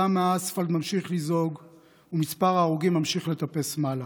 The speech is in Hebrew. הדם מהאספלט ממשיך לזלוג ומספר ההרוגים ממשיך לטפס מעלה.